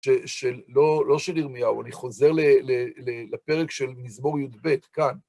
שלא, לא של ירמיהו. אני חוזר לפרק של מזמור י״ב, כאן.